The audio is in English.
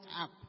up